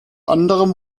anderem